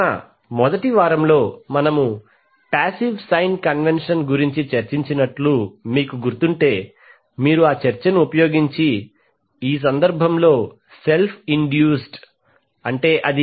మన మొదటి వారంలో మనము పాసివ్ సైన్ కన్వెన్షన్ గురించి చర్చించినట్లు మీకు గుర్తుంటే మీరు ఆ చర్చను ఉపయోగించి ఈ సందర్భం లో సెల్ఫ్ ఇన్డ్యూస్డ్ అది Ldidt